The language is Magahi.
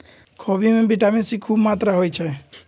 खोबि में विटामिन सी खूब मत्रा होइ छइ